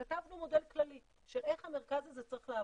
כתבנו מודל כללי של איך המרכז הזה צריך לעבוד.